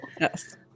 Yes